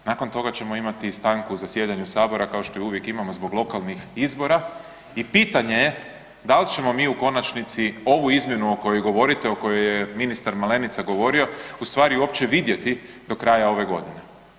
Nakon toga ćemo imati stanku u zasjedanju sabora kao što je uvijek imamo zbog lokalnih izbora i pitanje je da li ćemo mi u konačnici ovu izmjenu o kojoj govorite, o kojoj je ministar Malenica govorio ustvari uopće vidjeti do kraja ove godine.